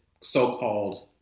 so-called